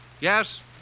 Yes